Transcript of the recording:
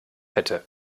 hätte